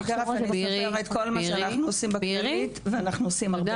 אני אספר את כל מה שאנחנו עושים בכללית ואנחנו עושים הרבה.